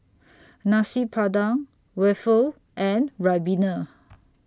Nasi Padang Waffle and Ribena